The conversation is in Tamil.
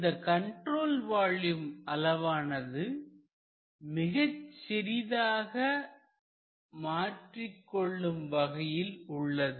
இந்த கண்ட்ரோல் வால்யூம் அளவானது மிகச் சிறிதாக மாற்றிக் கொள்ளும் வகையில் உள்ளது